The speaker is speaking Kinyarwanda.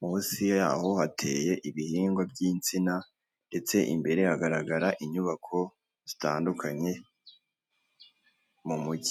munsi yaho hateye ibihingwa by'insina, ndetse imbere hagaragara inyubako zitandukanye mu mujyi.